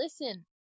listen